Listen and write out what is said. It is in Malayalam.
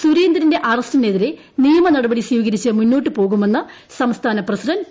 സുരേന്ദ്രന്റെ അറസ്റ്റിനെതിരെ നിയമനടപടി സ്വീകരിച്ചു മുന്നോട്ടു പോകുമെന്ന് സംസ്ഥാന പ്രസിഡന്റ് പി